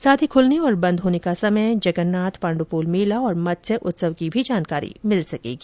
साथ ही खुलने और बंद होने का समय जगन्नाथ पाण्ड्यपोल मेला और मत्स्य उत्सव की जानकारी भी मिल सकेगी